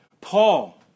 Paul